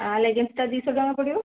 ଲେଗିଂସ୍ଟା ଦୁଇ ଶହ ଟଙ୍କା ପଡ଼ିବ